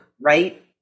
right